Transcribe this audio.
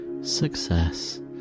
success